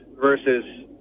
versus